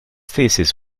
thesis